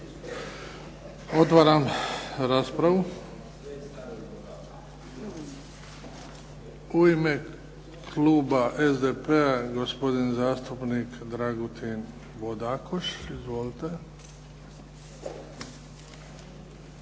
Otvaram raspravu. U ime Kluba SDP-a gospodin zastupnik Dragutin Bodakoš. Izvolite.